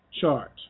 chart